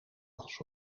was